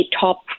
top